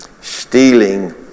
Stealing